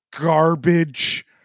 garbage